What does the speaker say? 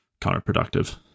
counterproductive